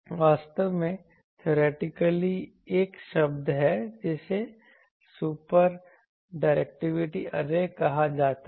वास्तव में थियोरेटिकली एक शब्द है जिसे सुपर डायरेक्टिव ऐरे कहा जाता है